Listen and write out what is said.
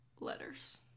letters